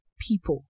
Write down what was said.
people